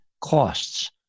costs